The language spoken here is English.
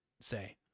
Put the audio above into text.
say